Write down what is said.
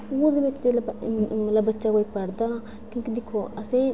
ओह् ओह्दे बिच्च मतलब बच्चा कोई पढ़दा ना क्योंकि दिक्खो असेंगी